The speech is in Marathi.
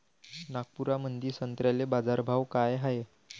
नागपुरामंदी संत्र्याले बाजारभाव काय हाय?